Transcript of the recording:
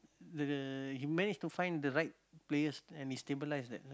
the he manage to find the right players and he stabilize that